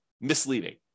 misleading